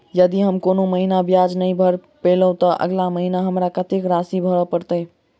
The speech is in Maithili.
यदि हम कोनो महीना ब्याज नहि भर पेलीअइ, तऽ अगिला महीना हमरा कत्तेक राशि भर पड़तय?